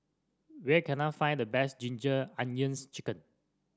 where can I find the best Ginger Onions chicken